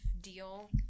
deal